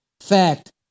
Fact